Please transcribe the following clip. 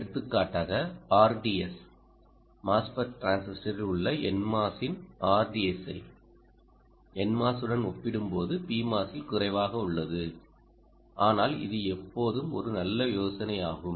எடுத்துக்காட்டாக RDS MOSFET டிரான்சிஸ்டரில் உள்ள NMOS இன் RDS ஐ NMOS உடன் ஒப்பிடும்போது PMOS குறைவாக உள்ளது ஆனால் இது எப்போதும் ஒரு நல்ல யோசனையாகும்